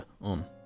on